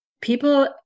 people